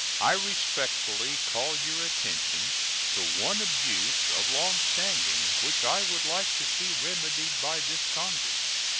i respectfully call your attention to one abuse of long standing which i would like to see remedied by this congress.